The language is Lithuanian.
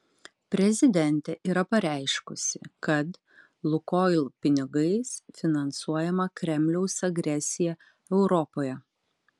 prezidentė yra pareiškusi kad lukoil pinigais finansuojama kremliaus agresija europoje